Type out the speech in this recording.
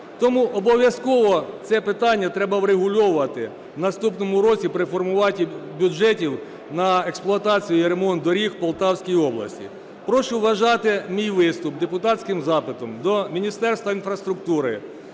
Тому обов'язково це питання треба врегульовувати в наступному році при формуванні бюджетів на експлуатацію і ремонт доріг в Полтавській області. Прошу вважати мій виступ депутатським запитом до Міністерства інфраструктури,